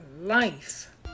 life